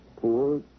poor